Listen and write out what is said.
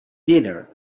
dinner